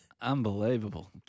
Unbelievable